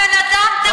הבן-אדם טרוריסט.